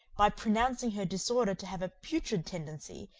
by pronouncing her disorder to have a putrid tendency,